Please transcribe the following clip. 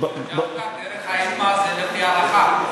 דווקא דרך האימא זה לפי ההלכה,